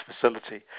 facility